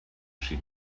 she